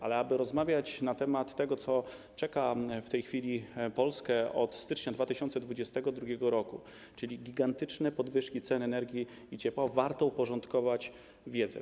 Ale aby rozmawiać na temat tego, co czeka w tej chwili Polskę, od stycznia 2022 r., czyli na temat gigantycznych podwyżek cen energii i ciepła, warto uporządkować wiedzę.